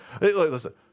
Listen